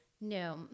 No